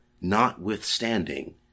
notwithstanding